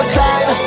time